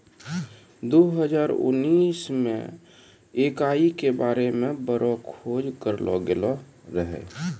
दो हजार उनैस मे इकाई के बारे मे बड़ो खोज करलो गेलो रहै